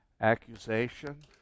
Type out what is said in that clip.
accusation